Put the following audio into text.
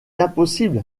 impossible